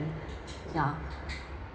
ya